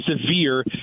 severe